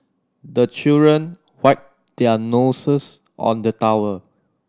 the children wipe their noses on the towel